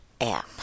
app